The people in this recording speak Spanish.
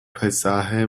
paisaje